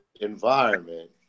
environment